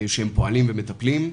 שהם פועלים ומטפלים.